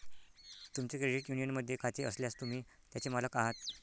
तुमचे क्रेडिट युनियनमध्ये खाते असल्यास, तुम्ही त्याचे मालक आहात